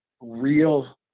real